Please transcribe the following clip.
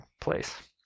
place